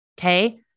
Okay